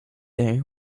there